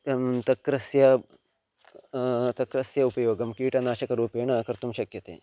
एवं तक्रस्य तक्रस्य उपयोगं कीटनाशकरूपेण कर्तुं शक्यते